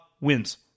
wins